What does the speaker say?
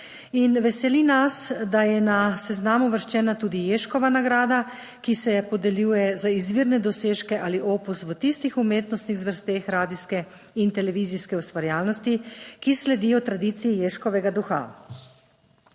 veseli nas, da je na seznam uvrščena tudi Ježkova nagrada, ki se podeljuje za izvirne dosežke ali opus v tistih umetnostnih zvrsteh radijske in televizijske ustvarjalnosti, ki sledijo tradiciji Ježkovega duha.